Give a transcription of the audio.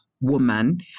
woman